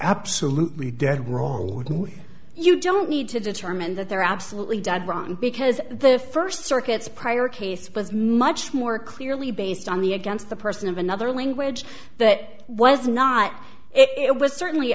absolutely dead wrong you don't need to determine that they're absolutely dead wrong because the first circuits prior case was much more clearly based on the against the person of another language that was not it was certainly